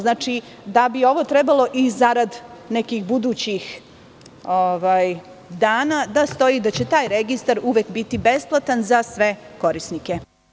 Znači, ovo bi trebalo i zarad nekih budućih dana da stoji, da će taj registar uvek biti besplatan za sve korisnike.